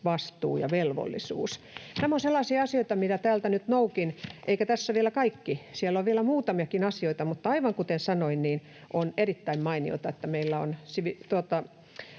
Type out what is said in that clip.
vastuu ja velvollisuus? Nämä ovat sellaisia asioita, mitä täältä nyt noukin, eikä tässä vielä kaikki: siellä on vielä muutamiakin asioita. Mutta aivan kuten sanoin, niin on erittäin mainiota, että meillä on